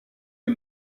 les